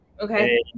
Okay